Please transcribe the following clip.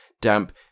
damp